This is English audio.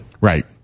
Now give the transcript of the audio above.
Right